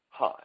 Hi